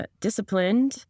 disciplined